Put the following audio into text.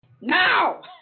Now